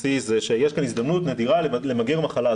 סי שיש כאן הזדמנות נדירה למגר מחלה.